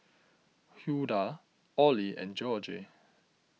Hulda Orley and Jorge